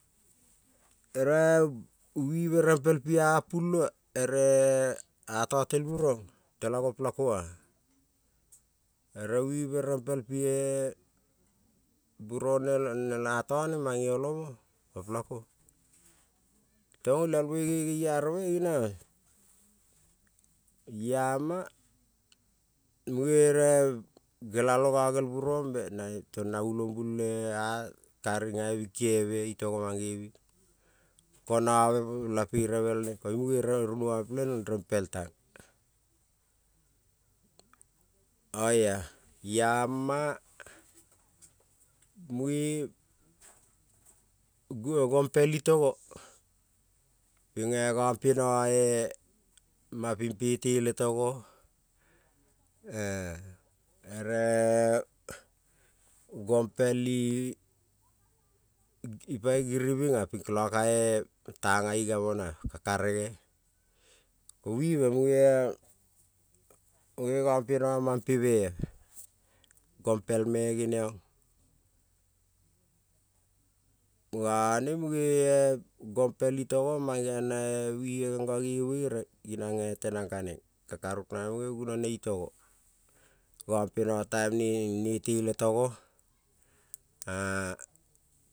Kere wive rempel pi a pulo ere a to tel buron tela go pe la koa ere wive rempel pie buron nei a, to namane olom opiko ton oalial moi ne nelaro me geniona, iama mune nelalo nonel buron be to na ulomul a, karing nabe na ko no be la perebel neng koing mune runuon i rempel tang oi. Yama mune gompel itogo ping nopieno e ping pe tele to go e ere gompel i pa giribin pitang aigo mono ka karege, ko wive mune nopeno ma pe me a gompel me genion none mune, gompel itogo mangeon na wive neno buere ninan tenang kanen ka ru gunone itogo non pieno taim ne tele togo-a.